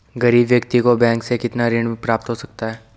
गरीब व्यक्ति को बैंक से कितना ऋण प्राप्त हो सकता है?